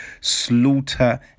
slaughter